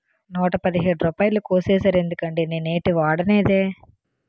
నూట పదిహేడు రూపాయలు కోసీసేరెందుకండి నేనేటీ వోడనేదే